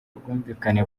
ubwumvikane